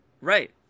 Right